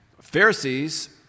Pharisees